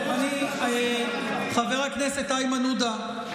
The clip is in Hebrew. חבר הכנסת איימן עודה,